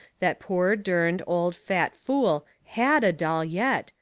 that poor, derned, old, fat fool had a doll yet,